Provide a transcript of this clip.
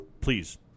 please